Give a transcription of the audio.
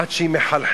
עד שהיא מחלחלת.